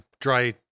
dry